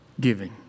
giving